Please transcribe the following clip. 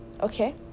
Okay